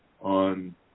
on